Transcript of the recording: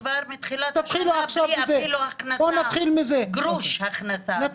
כבר מתחילת ה -- -אפילו הכנסה, גרוש הכנסה.